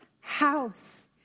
house